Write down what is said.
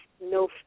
no